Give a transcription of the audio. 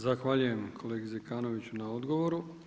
Zahvaljujem kolegi Zekanoviću na odgovoru.